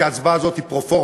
כי ההצבעה הזאת היא פרופורמה,